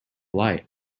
light